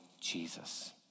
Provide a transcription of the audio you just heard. Jesus